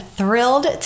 thrilled